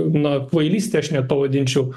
na kvailystė aš net pavadinčiau